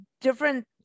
different